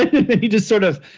ah but you just sort of,